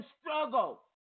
struggle